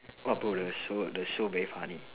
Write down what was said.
orh bro the show the show very funny